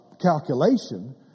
calculation